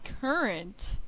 current